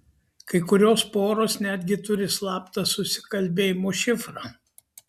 kai kurios poros netgi turi slaptą susikalbėjimo šifrą